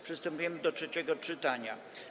Przystępujemy do trzeciego czytania.